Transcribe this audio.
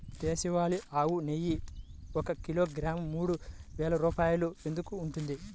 దేశవాళీ ఆవు నెయ్యి ఒక కిలోగ్రాము మూడు వేలు రూపాయలు ఎందుకు ఉంటుంది?